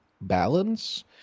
balance